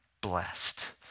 blessed